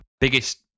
biggest